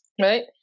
right